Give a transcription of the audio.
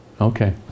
okay